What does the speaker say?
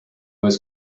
was